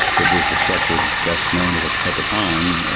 which was the structure best known at at the time,